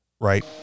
right